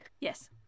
Yes